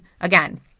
again